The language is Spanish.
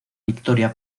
victoria